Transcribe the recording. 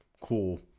cool